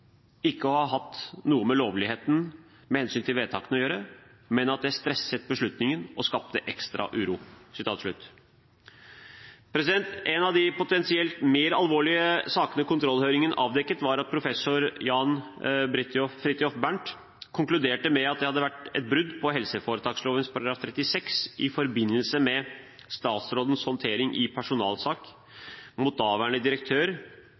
ikke å ha hatt noe med lovligheten med hensyn til vedtakene å gjøre, men at det stresset beslutningene og skapte ekstra uro». En av de potensielt mer alvorlige sakene kontrollhøringen avdekket, var at professor Jan Fridthjof Bernt konkluderte med at det hadde vært et brudd på helseforetaksloven § 36 i forbindelse med statsrådens håndtering i en personalsak mot daværende direktør